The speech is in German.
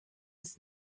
ist